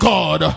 God